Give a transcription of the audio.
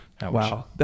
Wow